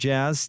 Jazz